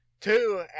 two